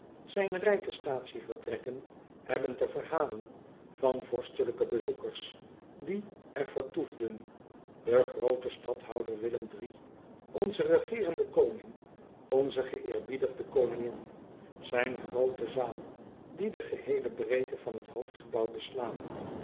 ijn rijke statievertrekken hebben te verhalen van vorstelijke bezoekers die er vertoefden de groote tadhouder illem onze regerende oning onze geëerbiedigde oningin ijn groote zaal die de geheele breedte van het hoofdgebouw beslaat